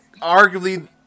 arguably